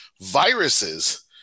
viruses